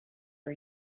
for